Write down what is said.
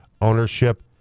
Ownership